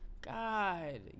God